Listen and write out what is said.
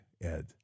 Ed